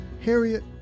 Harriet